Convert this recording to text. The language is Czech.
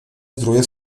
zdroje